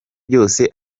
byose